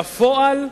בפועל,